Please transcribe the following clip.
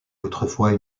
autrefois